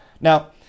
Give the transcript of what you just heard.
Now